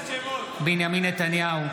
בעד בנימין נתניהו,